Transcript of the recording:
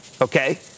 okay